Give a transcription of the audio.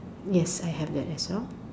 yes I have that as well